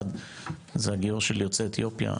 אחד זה הגיור של יוצאי אתיופיה,